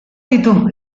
ditu